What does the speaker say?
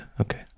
okay